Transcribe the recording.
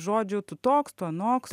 žodžių tu toks tu anoks